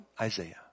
Isaiah